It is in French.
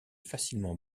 facilement